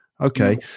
okay